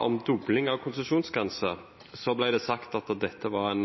om dobling av konsesjonsgrenser ble det sagt at dette var en